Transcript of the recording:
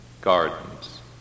gardens